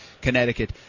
Connecticut